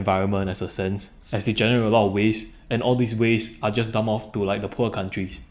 environment as a sense as it generate a lot of waste and all these waste are just dump off to like the poor countries